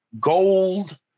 Gold